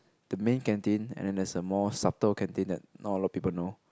the main canteen and then there's a more subtle canteen that not a lot of people know